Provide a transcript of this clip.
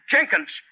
Jenkins